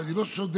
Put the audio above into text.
שאני לא שודד,